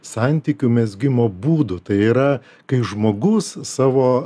santykių mezgimo būdu tai yra kai žmogus savo